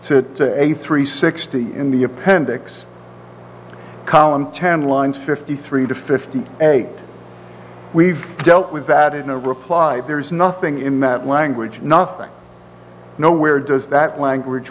to a three sixty in the appendix column chand lines fifty three to fifty eight we've dealt with that in a reply there's nothing in that language nothing nowhere does that language